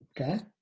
Okay